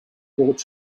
brought